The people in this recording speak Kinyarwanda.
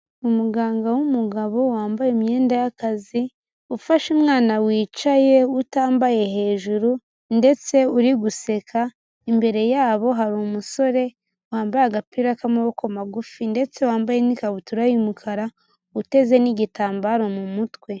Umuganga w'umugabo wambaye imyenda y'akazi, ufashe umwana wicaye utambaye hejuru, ndetse uri guseka, imbere yabo hari umusore wambaye agapira k'amaboko magufi, ndetse wambaye n'ikabutura' y'umukara uteze n'igitambaro mu mutwe.